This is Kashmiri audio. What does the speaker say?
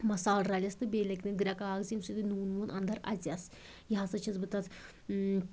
مصالہٕ رَلٮ۪س تہٕ بیٚیہِ لَگنٮ۪س گرٮ۪کہٕ اَکھ زٕ ییٚمہِ سۭتۍ یہِ نوٗن ووٗن اَندَر اَژٮ۪س یہِ ہسا چھَس بہٕ تَتھ